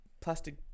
plastic